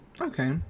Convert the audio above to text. Okay